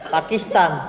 Pakistan